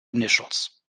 initials